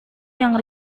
yang